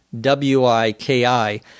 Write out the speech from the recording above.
W-I-K-I